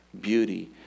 beauty